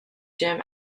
jim